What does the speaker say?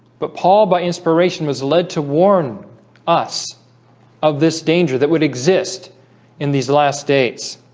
but paul by inspiration was led to warn us of this danger that would exist in these last days